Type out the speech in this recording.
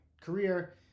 career